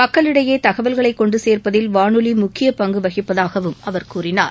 மக்களிடையே தகவல்களை கொண்டு சேர்ப்பதில் வானொலி முக்கிய பங்கு வகிப்பதாகவும் அவர் கூறினார்